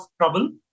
trouble